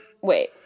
Wait